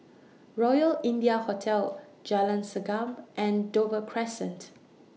Royal India Hotel Jalan Segam and Dover Crescent